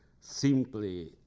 simply